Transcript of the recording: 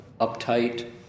uptight